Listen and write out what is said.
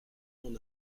mon